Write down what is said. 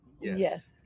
Yes